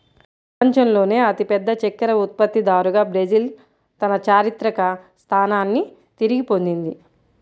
ప్రపంచంలోనే అతిపెద్ద చక్కెర ఉత్పత్తిదారుగా బ్రెజిల్ తన చారిత్రక స్థానాన్ని తిరిగి పొందింది